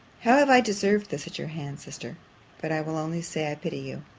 how have i deserved this at your hands, sister but i will only say, i pity you.